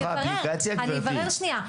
אני אברר שנייה.